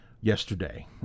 yesterday